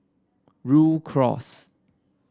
Rhu Cross